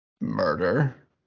murder